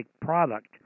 product